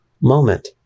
moment